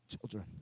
Children